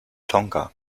tonga